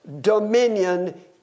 dominion